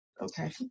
okay